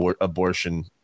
abortion